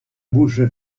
bouche